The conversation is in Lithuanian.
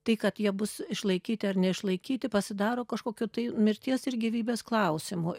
tai kad jie bus išlaikyti ar neišlaikyti pasidaro kažkokiu tai mirties ir gyvybės klausimu